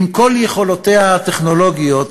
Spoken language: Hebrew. עם כל יכולותיה הטכנולוגיות,